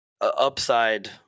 upside